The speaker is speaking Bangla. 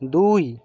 দুই